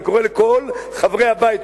אני קורא לכל חברי הבית,